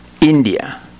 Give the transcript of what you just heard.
India